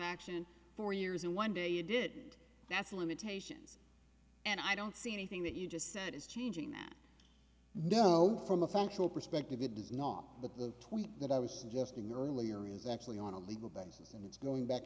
action for years and one day you did that's limitations and i don't see anything that you just said is changing that no from a functional perspective it does not the tweet that i was suggesting earlier is actually on a legal basis and it's going back